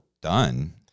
done